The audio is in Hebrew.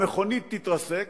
המכונית תתרסק,